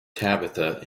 tabitha